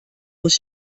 muss